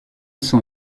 son